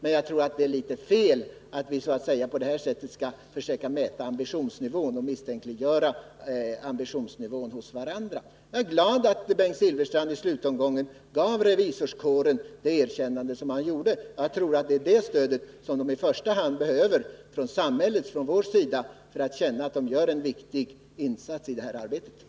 Men jag tror det är litet fel att vi på detta sätt försöker mäta ambitionsnivån hos varandra och misstänkliggöra denna. Jag är glad att Bengt Silfverstrand i slutomgången gav revisorerna det erkännande han gav. Jag tror att det är det stödet som de i första hand behöver från samhällets och vår sida för att känna att de gör en viktig insats i detta arbete.